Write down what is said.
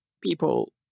people